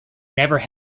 never